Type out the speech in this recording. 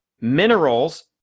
minerals